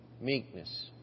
meekness